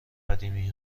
قدیمی